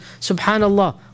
subhanallah